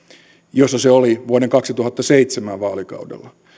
jossa se oli vuoden kaksituhattaseitsemän vaalikaudella